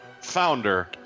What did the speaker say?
founder